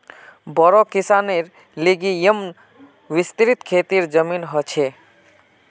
बोड़ो किसानेर लिगि येमं विस्तृत खेतीर जमीन ह छे